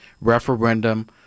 referendum